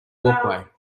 walkway